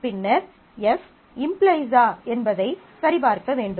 பின்னர் F இம்ப்ளைஸா என்பதை சரிபார்க்க வேண்டும்